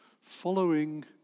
Following